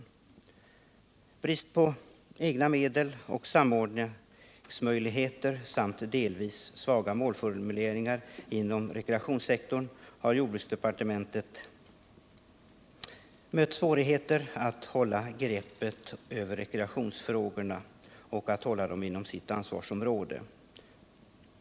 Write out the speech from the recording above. På grund av brist på egna medel, dåliga samordningsmöjligheter samt delvis svaga målformuleringar inom rekreationssektorn har man inom jordbruksdepartementet mött svårigheter att hålla ett samlat grepp om rekreationsfrågorna liksom att behålla frågorna inom det egna ansvarsområdet.